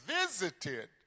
visited